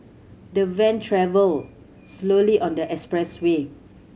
the van travelled slowly on the expressway